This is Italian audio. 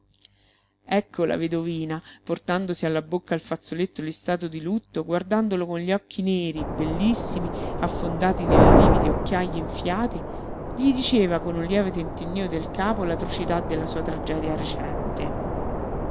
ecco la vedovina portandosi alla bocca il fazzoletto listato di lutto guardandolo con gli occhi neri bellissimi affondati nelle livide occhiaje enfiate gli diceva con un lieve tentennío del capo l'atrocità della sua tragedia recente